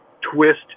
twist